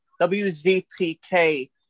WZTK